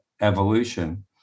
evolution